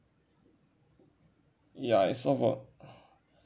ya I also bought